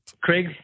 Craig